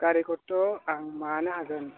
गारिखौथ' आं माबानो हागोन